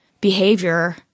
behavior